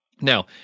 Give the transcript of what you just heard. Now